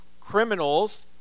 criminals